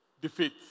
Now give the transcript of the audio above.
defeat